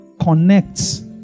Connects